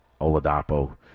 Oladapo